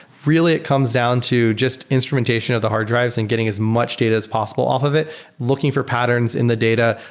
really, it comes down to just instrumentation of the hard drives and getting as much data as possible off of it looking for patterns in the data.